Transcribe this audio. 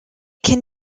can